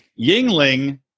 Yingling